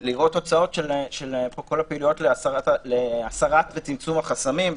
לראות תוצאות של כל הפעילויות להסרה וצמצום החסמים.